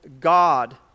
God